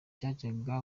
gutuma